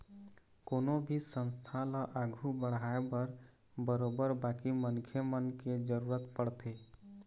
कोनो भी संस्था ल आघू बढ़ाय बर बरोबर बाकी मनखे मन के जरुरत पड़थे